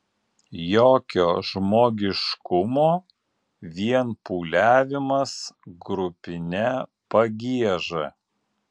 jokio žmogiškumo vien pūliavimas grupine pagieža